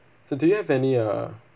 so do you have any uh